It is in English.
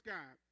God